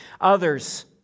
others